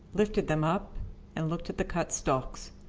lifted them up and looked at the cut stalks.